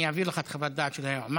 אני אעביר אליך את חוות הדעת של היועמ"ש.